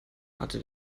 hatte